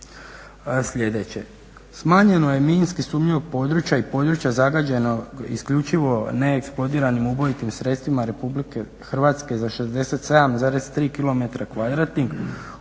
sljedeće, smanjeno je minski sumnjivo područje i područja zagađenog isključivo ne eksplodiranim ubojitim sredstvima RH za 67,3 km kvadratnih,